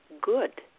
good